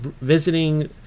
visiting